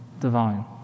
divine